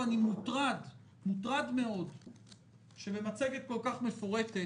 ואני מוטרד מאוד שבמצגת כל-כך מפורטת